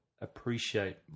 appreciate